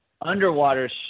underwater